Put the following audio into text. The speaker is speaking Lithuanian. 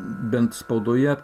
bent spaudoje